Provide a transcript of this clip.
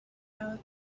out